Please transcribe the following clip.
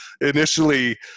initially